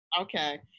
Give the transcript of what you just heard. okay